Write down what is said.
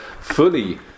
fully